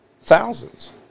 Thousands